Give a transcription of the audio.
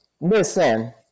Listen